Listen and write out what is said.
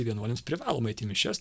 vienuoliams privaloma eit į mišias